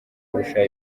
kurusha